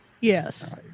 Yes